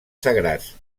sagrats